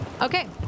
Okay